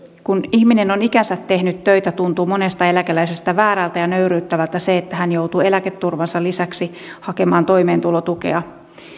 kun ihminen on ikänsä tehnyt töitä tuntuu monesta eläkeläisestä väärältä ja nöyryyttävältä se että hän joutuu eläketurvansa lisäksi hakemaan toimeentulotukea